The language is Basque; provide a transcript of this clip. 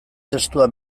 testua